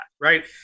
right